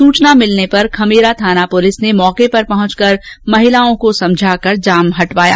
सूचना मिलने पर खमेरा थाना पुलिस ने मौके पर पहुंच महिलाओं को समझाकर जाम हटवाया